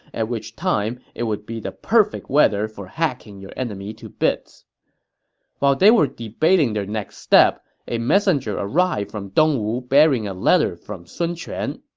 at which time it would be the perfect weather for hacking your enemy to pieces while they were debating their next step, a messenger arrived from dongwu bearing a letter from sun quan.